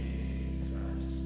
Jesus